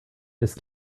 ist